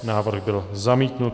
Návrh byl zamítnut.